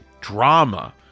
drama